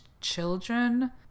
children